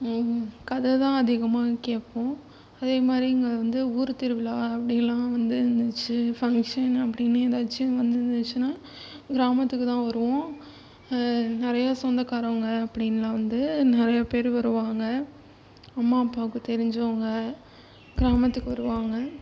கதை தான் அதிகமா கேட்போம் அதே மாதிரி இங்கே வந்து ஊரு திருவிழா அப்படிலாம் வந்து இருந்துச்சு ஃபங்க்ஷன் அப்படின்னு ஏதாச்சும் வந்துருந்துச்சுன்னா கிராமத்துக்கு தான் வருவோம் நிறைய சொந்தக்காரவங்க அப்படின்லாம் வந்து நிறைய பேரு வருவாங்கள் அம்மா அப்பாக்கு தெரிஞ்சவங்க கிராமத்துக்கு வருவாங்கள்